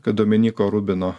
kad dominyko rubino